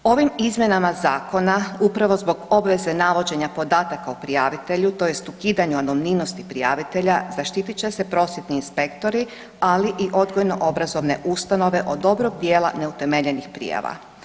Ovim izmjenama zakona upravo zbog obveze navođenja podataka o prijavitelju tj. ukidanju anonimnosti prijavitelja zaštitit će se prosvjetni inspektori, ali i odgojno obrazovne ustanove od dobrog dijela neutemeljenih prijava.